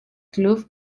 club